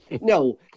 no